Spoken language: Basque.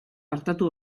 artatu